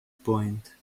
point